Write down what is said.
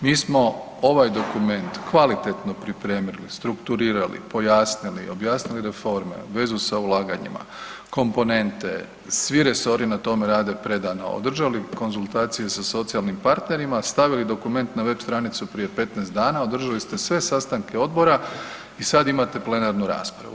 Mi smo ovaj dokument kvalitetno pripremili, strukturirali, pojasnili, objasnili reforme, vezu sa ulaganjima, komponente, svi resori na tome rade predano, održali konzultacije sa socijalnim partnerima, stavili dokument na web stranicu prije 15 dana, održali ste sve sastanke odbora i sad imate plenarnu raspravu.